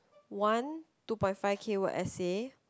one two point five K word essay